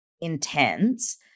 intense